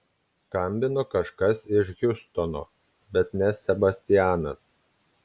skambino kažkas iš hjustono bet ne sebastianas